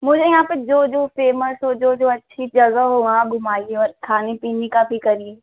मुझे यहाँ पर जो जो फेमस हो जो जो अच्छी जगह हो वहाँ घुमाइए और खाने पीने का भी करिए